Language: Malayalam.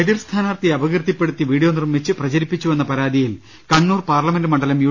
എതിർ സ്ഥാനാർത്ഥിയെ അപകീർത്തിപ്പെടുത്തി വീഡിയോ നിർമ്മിച്ച് പ്രചരിപ്പിച്ചുവെന്ന പരാതിയിൽ കണ്ണൂർ പാർലമെന്റ് മണ്ഡലം യു